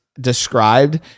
described